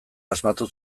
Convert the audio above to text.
asmatu